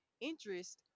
Interest